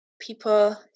people